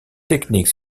techniques